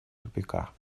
тупика